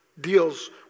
deals